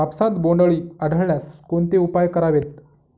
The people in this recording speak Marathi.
कापसात बोंडअळी आढळल्यास कोणते उपाय करावेत?